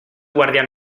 guardián